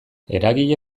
eragile